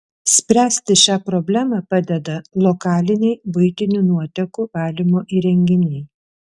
spręsti šią problemą padeda lokaliniai buitinių nuotekų valymo įrenginiai